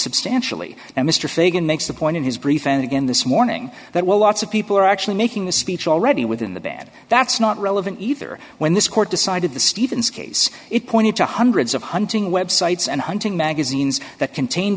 substantially and mr fagan makes the point in his brief and again this morning that well lots of people are actually making the speech already within the band that's not relevant either when this court decided the stevens case it pointed to hundreds of hunting websites and hunting magazines that contain